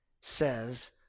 says